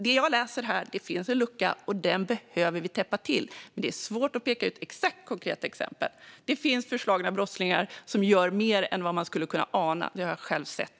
Det jag läser här är att det finns en lucka, och den behöver vi täppa till. Men det är svårt att exakt peka ut konkreta exempel. Det finns förslagna brottslingar som gör mer än man skulle kunna ana; det har jag själv sett.